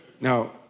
Now